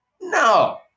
No